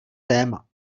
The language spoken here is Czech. téma